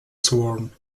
sworn